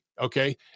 okay